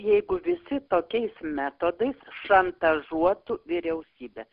jeigu visi tokiais metodais šantažuotų vyriausybę